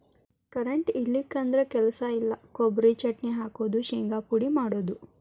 current ಇಲ್ಲಿಕಂದ್ರ ಕೆಲಸ ಇಲ್ಲಾ, ಕೊಬರಿ ಚಟ್ನಿ ಹಾಕುದು, ಶಿಂಗಾ ಪುಡಿ ಮಾಡುದು